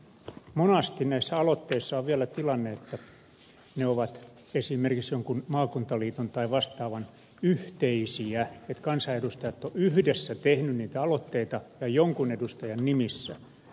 monasti näissä aloitteissa on vielä tilanne että ne ovat esimerkiksi jonkun maakuntaliiton tai vastaavan kanssa yhteisiä niin että kansanedustajat ovat yhdessä tehneet niitä aloitteita ja ne ovat jonkun edustajan nimissä